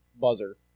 buzzer